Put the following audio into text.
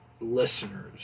listeners